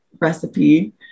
recipe